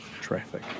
Traffic